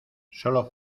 sólo